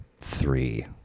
three